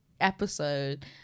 episode